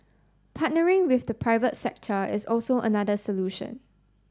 partnering with the private sector is also another solution